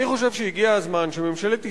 אני חושב שהגיע הזמן שממשלת ישראל,